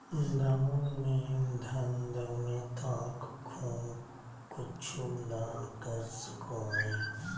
दान में धन दौलत आँख खून कुछु दान कर सको हइ